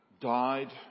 died